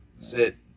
Sit